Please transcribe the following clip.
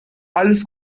alles